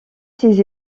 ses